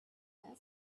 asked